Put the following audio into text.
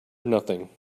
nothing